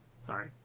Sorry